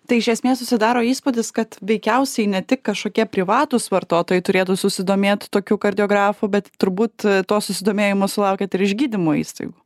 tai iš esmės susidaro įspūdis kad veikiausiai ne tik kažkokie privatūs vartotojai turėtų susidomėt tokiu kartografu bet turbūt to susidomėjimo sulaukiat ir iš gydymo įstaigų